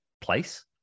place